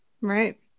Right